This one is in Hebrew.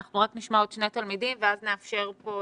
אנחנו רק נשמע עוד שני תלמידים ואז נאפשר לצוות,